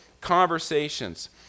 conversations